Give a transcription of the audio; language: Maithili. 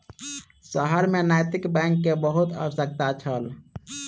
शहर में नैतिक बैंक के बहुत आवश्यकता छल